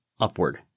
Upward